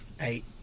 Eight